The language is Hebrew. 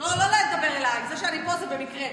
לא לדבר אליי, זה שאני פה זה במקרה.